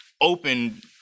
open